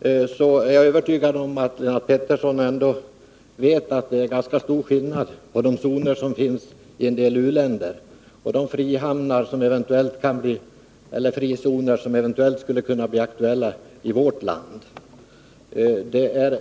är jag övertygad om att Lennart Pettersson ändå vet att det är ganska stor skillnad på de zoner som finns i en del u-länder och de frizoner som eventuellt skulle kunna bli aktuella i vårt land. Det är i